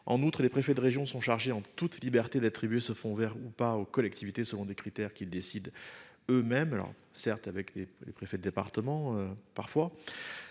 En outre, les préfets de région sont chargées en toute liberté d'attribuer ce fonds Vert ou pas aux collectivités selon des critères qu'ils décident eux- mêmes alors certes avec les, les préfets de département parfois.